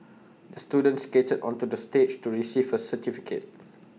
the student skated onto the stage to receive certificate